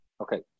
Okay